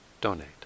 donate